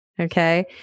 Okay